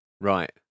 right